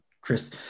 Chris